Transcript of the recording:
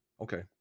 okay